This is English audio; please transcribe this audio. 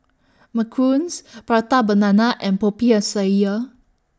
Macarons Prata Banana and Popiah Sayur